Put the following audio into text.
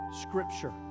scripture